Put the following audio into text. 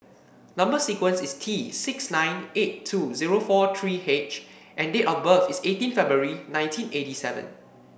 number sequence is T six nine eight two zero four three H and date of birth is eighteen February nineteen eighty seven